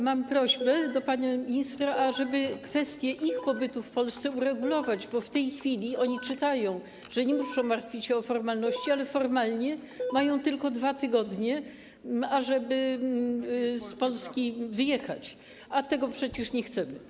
Mam prośbę do pana ministra, ażeby kwestie ich pobytu w Polsce uregulować, bo oni w tej chwili czytają, że nie muszą martwić się o formalności, ale formalnie mają tylko 2 tygodnie, ażeby z Polski wyjechać, a tego przecież nie chcemy.